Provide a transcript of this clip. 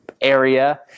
area